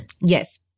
Yes